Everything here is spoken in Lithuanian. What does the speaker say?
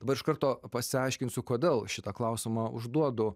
dabar iš karto pasiaiškinsiu kodėl šitą klausimą užduodu